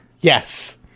Yes